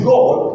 God